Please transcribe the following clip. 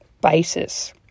basis